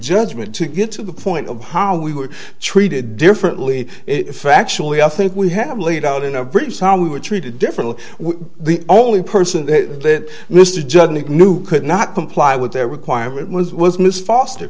judgment to get to the point of how we were treated differently if actually i think we have laid out in our bridges how we were treated differently we the only person that mr jugnu could not comply with their requirement was was miss foster